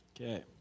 Okay